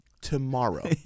tomorrow